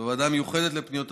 בוועדה המיוחדת לפניות הציבור,